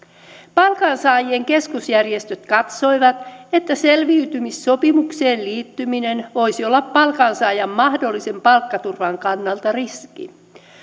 palkansaajien keskusjärjestöt katsoivat että selviytymissopimukseen liittyminen voisi olla palkansaajan mahdollisen palkkaturvan kannalta riski